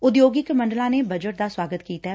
ਉਦਯੋਗਿਕ ਮੰਡਲਾਂ ਨੇ ਬਜਟ ਦਾ ਸੁਆਗਤ ਕੀਤੈ